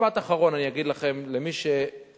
משפט אחרון אני אגיד לכם, למי שדואג